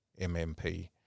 MMP